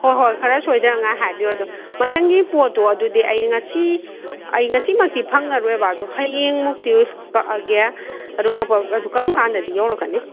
ꯍꯣꯏ ꯍꯣꯏ ꯈꯔ ꯁꯣꯏꯗꯅꯤꯡꯉꯥꯏ ꯍꯥꯏꯕꯤꯌꯣ ꯑꯗꯣ ꯃꯊꯪꯒꯤ ꯄꯣꯠꯇꯣ ꯑꯗꯨꯗꯤ ꯑꯩꯅ ꯉꯁꯤ ꯑꯩ ꯉꯁꯤ ꯃꯛꯇꯤ ꯐꯪꯉꯥꯔꯣꯏꯕ ꯑꯗꯣ ꯍꯌꯦꯡ ꯃꯨꯛꯇꯤ ꯀꯛꯑꯒꯦ ꯑꯗꯨ ꯀꯛꯄ ꯑꯗꯨ ꯀꯔꯝ ꯀꯥꯟꯗꯗꯤ ꯌꯧꯔꯛꯀꯅꯤ